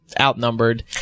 outnumbered